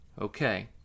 Okay